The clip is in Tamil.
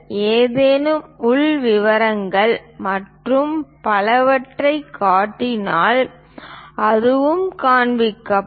ஏதேனும் உள் விவரங்கள் மற்றும் பலவற்றைக் காட்டினால் அதுவும் காண்பிக்கப்படும்